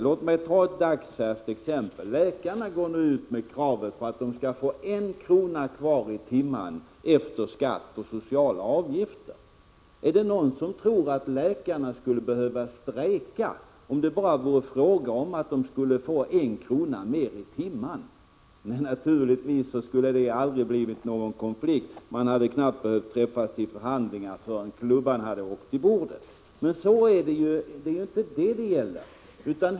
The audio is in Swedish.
Låt mig ta ett dagsfärskt exempel! Läkarna går nu ut med kravet att de skall få en krona mer i timmen kvar efter skatt och sociala avgifter. Är det någon som tror att läkarna skulle behöva strejka om det bara vore fråga om att få en krona mer i timmen? Nej, naturligtvis skulle det då aldrig ha blivit någon konflikt, utan parterna hade knappt behövt träffas för förhandlingar förrän klubban slagits i bordet. Det är ju inte detta saken gäller.